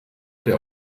der